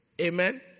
Amen